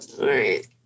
right